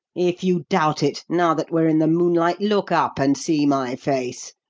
if you doubt it, now that we're in the moonlight, look up and see my face.